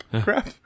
crap